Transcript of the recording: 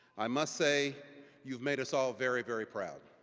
i must say you have made us all very, very proud.